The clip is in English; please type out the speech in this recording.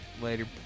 Later